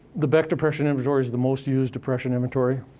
the beck depression inventory's the most used depression inventory.